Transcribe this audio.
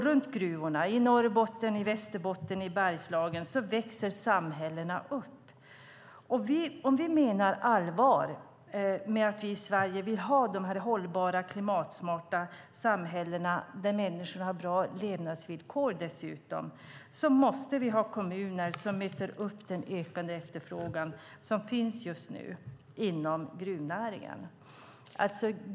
Runt gruvorna i Norrbotten, Västerbotten och Bergslagen växer samhällena upp. Om vi menar allvar med att vi i Sverige vill ha de här hållbara, klimatsmarta samhällena där människor dessutom har bra levnadsvillkor måste vi ha kommuner som möter den ökande efterfrågan som finns just nu inom gruvnäringen.